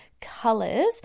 colors